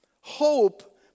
Hope